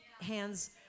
hands